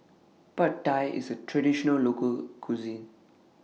Pad Thai IS A Traditional Local Cuisine